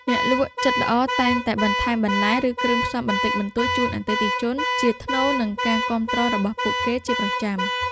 អ្នកលក់ចិត្តល្អតែងតែបន្ថែមបន្លែ ឬគ្រឿងផ្សំបន្តិចបន្តួចជូនអតិថិជនជាថ្នូរនឹងការគាំទ្ររបស់ពួកគេជាប្រចាំ។